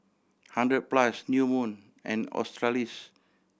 Hundred Plus New Moon and Australis